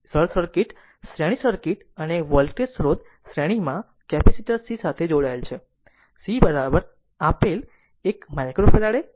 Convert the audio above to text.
આ સરળ શ્રેણી સર્કિટ અને એક વોલ્ટેજ સ્રોત શ્રેણીમાં કેપેસિટર c સાથે જોડાયેલ છે c આપેલ 1 માઇક્રોફેરાડે